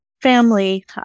family